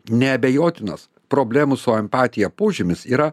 neabejotinos problemų su empatija požymis yra